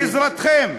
אני רוצה את עזרתכם.